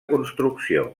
construcció